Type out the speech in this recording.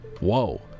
whoa